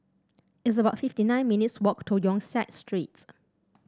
it's about fifty nine minutes' walk to Yong Siak Street